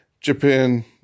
japan